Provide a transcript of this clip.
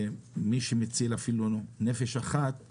כשיש מי שמציל נפש אחת לפחות